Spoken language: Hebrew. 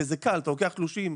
אתה לוקח תלושים,